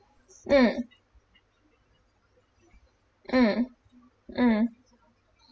mm mm mm